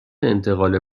انتقال